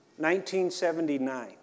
1979